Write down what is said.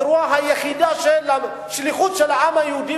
הזרועה היחידה של השליחות של העם היהודי